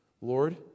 Lord